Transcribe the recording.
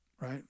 Right